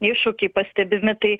iššūkiai pastebimi tai